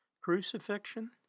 Crucifixion